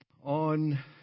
on